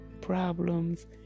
problems